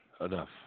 Enough